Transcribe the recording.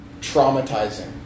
traumatizing